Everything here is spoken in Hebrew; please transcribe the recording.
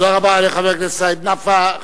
תודה רבה לחבר הכנסת סעיד נפאע.